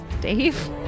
dave